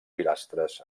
pilastres